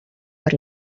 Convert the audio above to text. per